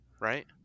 right